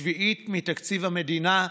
שביעית מתקציב המדינה,